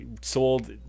Sold